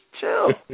chill